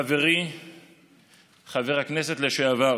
חברי חבר הכנסת לשעבר